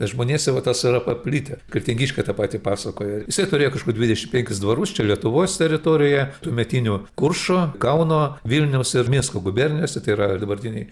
žmonėse va tas yra paplitę kretingiškiai ta pati pasakojo jisai turėjo kažkur dvidešim penkis dvarus čia lietuvos teritorijoje tuometinių kuršo kauno vilniaus ir minsko gubernijose tai yra ir dabartinėj